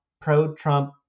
pro-Trump